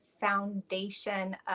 foundation